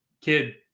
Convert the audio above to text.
kid